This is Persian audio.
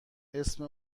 اسم